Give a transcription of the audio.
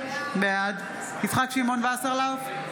בעד יצחק שמעון וסרלאוף,